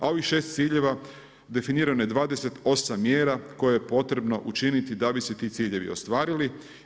A ovih 6 ciljeva, definirano je 28 mjere koje je potrebno učiniti da bi se ti ciljevi ostvarili.